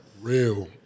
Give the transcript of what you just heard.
Real